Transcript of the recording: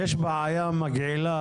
כשיש בעיה מגעילה,